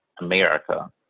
America